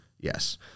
yes